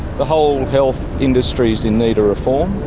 the whole health industry is in need of reform,